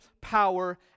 power